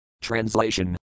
Translation